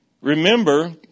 Remember